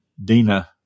Dina